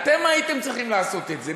אתם הייתם צריכים לעשות את זה.